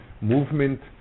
movement